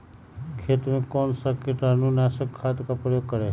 खेत में कौन से कीटाणु नाशक खाद का प्रयोग करें?